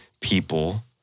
people